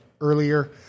earlier